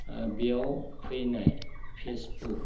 बियाव फैनाय फेसबुक